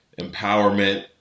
Empowerment